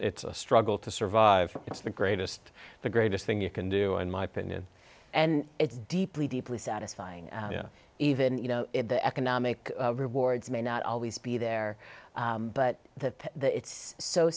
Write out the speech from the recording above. it's a struggle to survive it's the greatest the greatest thing you can do in my pinion and it's deeply deeply satisfying even you know the economic rewards may not always be there but that it's so